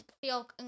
feel